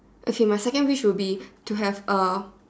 okay my second wish will be to have A